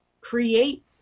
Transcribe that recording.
create